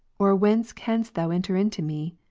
or whence canst thou enter into me?